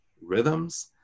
rhythms